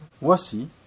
voici